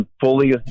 fully